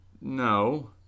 No